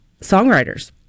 songwriters